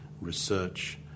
research